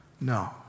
No